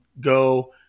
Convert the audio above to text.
go